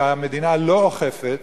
שהמדינה לא אוכפת,